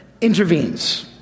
intervenes